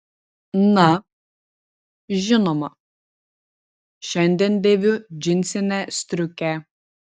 na žinoma šiandien dėviu džinsinę striukę